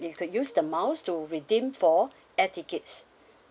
you could use the miles to redeem for air tickets